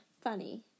funny